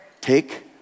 Take